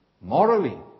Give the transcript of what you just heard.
morally